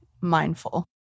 mindful